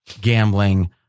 gambling